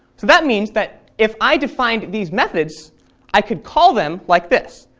so that means that if i defined these methods i could call them like this.